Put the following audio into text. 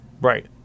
right